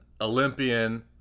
Olympian